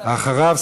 אחריו,